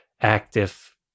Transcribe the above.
active